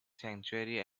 sanctuary